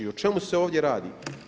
O čemu se ovdje radi?